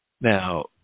Now